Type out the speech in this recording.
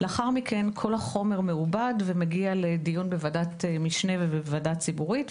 לאחר מכן כל החומר מעובד ומגיע לדיון בוועדת משנה ובוועדה ציבורית,